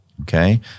Okay